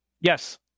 Yes